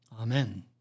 Amen